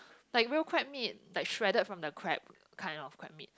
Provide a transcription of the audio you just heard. like real crab meat like shredded from the crab kind of crab meat